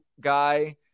guy